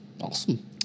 awesome